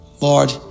Lord